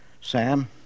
Sam